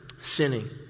sinning